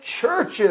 churches